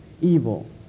Evil